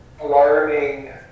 alarming